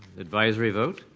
advisory vote?